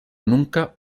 nunca